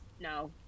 No